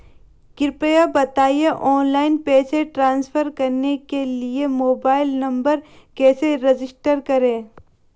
कृपया बताएं ऑनलाइन पैसे ट्रांसफर करने के लिए मोबाइल नंबर कैसे रजिस्टर करें?